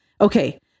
Okay